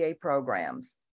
programs